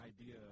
idea